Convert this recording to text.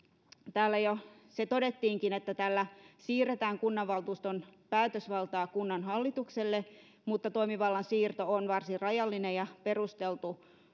täällä jo todettiinkin se että tällä siirretään kunnanvaltuuston päätösvaltaa kunnanhallitukselle mutta toimivallan siirto on varsin rajallinen ja perusteltu